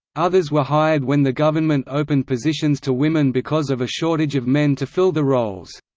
others were hired when the government opened positions to women because of a shortage of men to fill the roles.